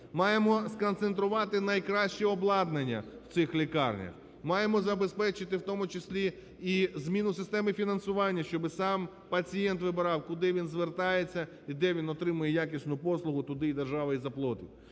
Маємо сконцентрувати найкраще обладнання в цих лікарнях. Маємо забезпечити, в тому числі і зміну системи фінансування, щоби сам пацієнт вибирав, куди він звертається і де він отримує якісну послугу - туди держава і заплатить.